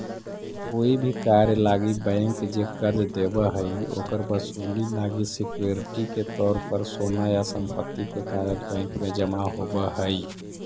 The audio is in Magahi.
कोई भी कार्य लागी बैंक जे कर्ज देव हइ, ओकर वसूली लागी सिक्योरिटी के तौर पर सोना या संपत्ति के कागज़ बैंक में जमा होव हइ